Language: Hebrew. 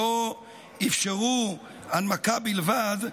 לא אפשרו הנמקה בלבד,